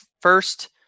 first